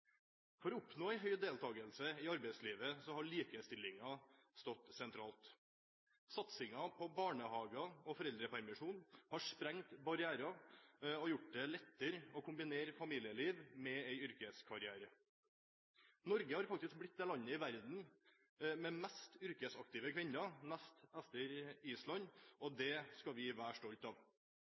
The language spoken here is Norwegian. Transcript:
For å oppnå en høy deltagelse i arbeidslivet har likestillingen stått sentralt. Satsingen på barnehager og foreldrepermisjon har sprengt barrierer og gjort det lettere å kombinere familieliv med en yrkeskarriere. Norge har faktisk blitt det landet i verden med mest yrkesaktive kvinner, nest etter Island, og det skal vi være stolte av.